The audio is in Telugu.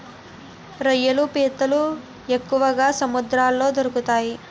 రొయ్యలు పీతలు ఎక్కువగా సముద్రంలో దొరుకుతాయి